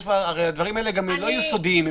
הרי הדברים האלה לא יהיו סודיים כי